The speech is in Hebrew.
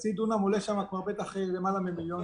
חצי דונם עולה יותר ממיליון שקל.